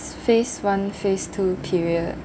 phase one phase two period